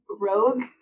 rogue